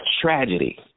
tragedy